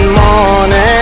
morning